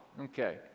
Okay